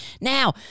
Now